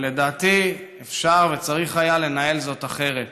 ולדעתי אפשר וצריך היה לנהל זאת אחרת.